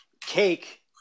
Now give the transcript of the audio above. cake